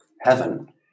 heaven